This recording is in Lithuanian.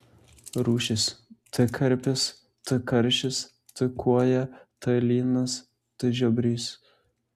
rūšys t karpis t karšis t kuoja t lynas t žiobris